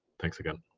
thanks again.